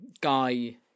guy